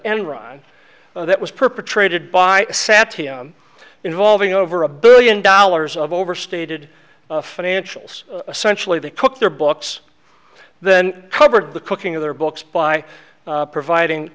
enron that was perpetrated by sat involving over a billion dollars of overstated financials essentially they cooked their books then covered the cooking of their books by providing